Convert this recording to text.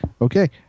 Okay